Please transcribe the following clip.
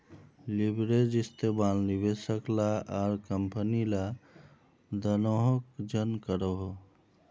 leverage इस्तेमाल निवेशक ला आर कम्पनी ला दनोह जन करोहो